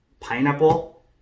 pineapple